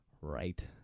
Right